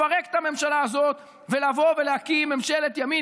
לפרק את הממשלה הזאת ולבוא ולהקים ממשלת ימין.